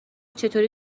چطوری